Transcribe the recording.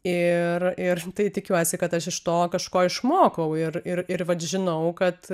ir ir tai tikiuosi kad aš iš to kažko išmokau ir ir ir vat žinau kad